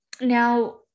Now